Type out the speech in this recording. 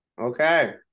Okay